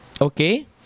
Okay